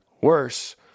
worse